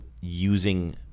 using